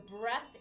breath